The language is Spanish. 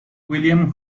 william